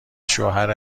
شوهر